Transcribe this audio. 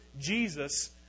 Jesus